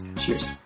Cheers